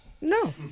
No